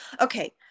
okay